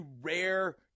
rare